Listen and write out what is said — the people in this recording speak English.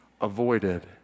avoided